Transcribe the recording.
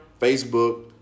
Facebook